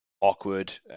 Awkward